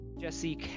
Jesse